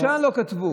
לא,